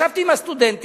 ישבתי עם הסטודנטים,